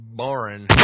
boring